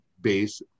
base